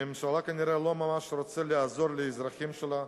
הממשלה כנראה לא ממש רוצה לעזור לאזרחים שלה.